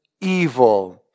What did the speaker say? Evil